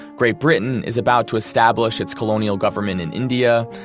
great britain is about to establish its colonial government in india,